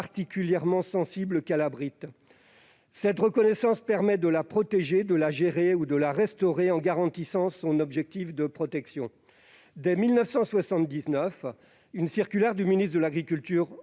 particulièrement sensibles. Cette reconnaissance permet de la protéger, de la gérer ou de la restaurer en garantissant ses propriétés protectrices. Dès 1979, une circulaire du ministre de l'agriculture